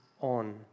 on